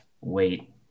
wait